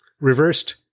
Reversed